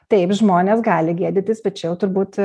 taip žmonės gali gėdytis bet čia jau turbūt